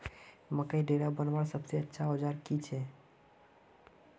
मकईर डेरा बनवार सबसे अच्छा औजार की छे?